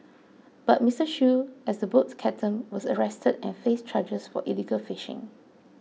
but Mister Shoo as the boat captain was arrested and faced charges for illegal fishing